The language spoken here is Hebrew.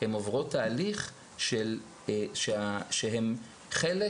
הן עוברות תהליך שבו הן חלק